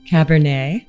Cabernet